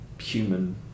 human